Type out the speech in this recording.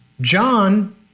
John